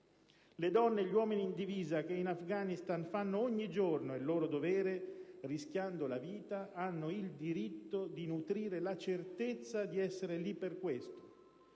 Gli uomini e le donne in divisa che in Afghanistan fanno ogni giorno il loro dovere, rischiando la vita, hanno il diritto di nutrire la certezza di essere lì per questo,